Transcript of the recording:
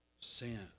sin